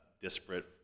disparate